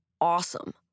awesome